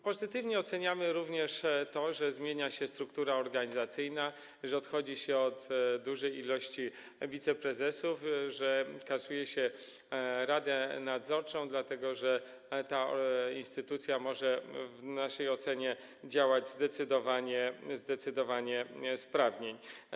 Pozytywnie oceniamy również to, że zmienia się struktura organizacyjna, że odchodzi się od dużej liczby wiceprezesów, że kasuje się radę nadzorczą, dlatego że ta instytucja może w naszej ocenie działać zdecydowanie sprawniej.